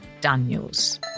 daniels